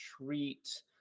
treat